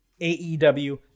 AEW